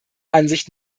ansicht